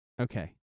Okay